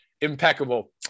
impeccable